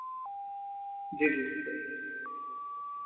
जी जी जी सर